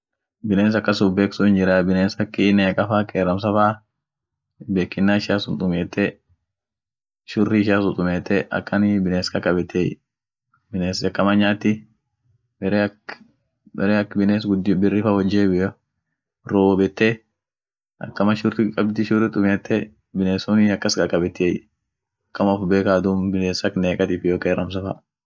Biness akas uf bekun sun hinjiray, biness akii neeqa fa qeramsa fa ufbekinna ishia sun tumiete, shurri ishia sun tumiete akanii biness kakabetiey biness akama nyaati, bere ak bere ak biness birri fa wojebbbio roobete, akam shurri kabdi shurri tumiete, biness sunii akas kakabetiey akama uf beeka duum biness ak neeqa iyyo qeramsa fa.